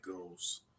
goes